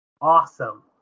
awesome